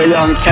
Young